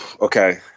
Okay